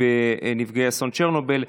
בנפגעי אסון צ'רנוביל,